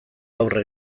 aurre